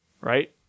Right